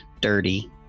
dirty